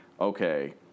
okay